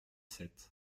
sept